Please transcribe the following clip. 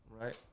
Right